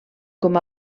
com